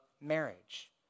marriage